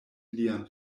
lian